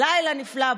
לילה נפלא,